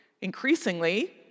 Increasingly